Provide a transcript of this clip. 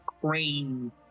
crane